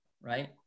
right